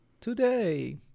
today